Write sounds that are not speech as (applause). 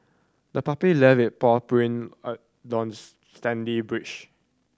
the puppy leave it paw print on (unintelligible) sandy (unintelligible)